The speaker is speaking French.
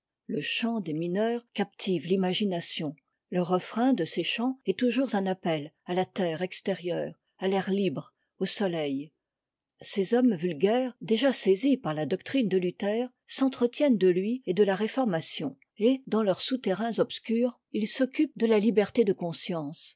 le chant des mineurs captive l'imagination le refrain de ces chants est toujours un appel à la terre extérieure à l'air libre au soleil ces hommes vulgaires déjà saisis par la doctrine de luther s'entretiennent de lui et de la réformation et dans leurs souterrains obscurs ils s'occupent de la liberté de conscience